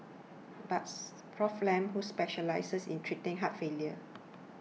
buts Prof Lam who specialises in treating heart failure